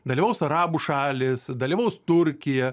dalyvaus arabų šalys dalyvaus turkija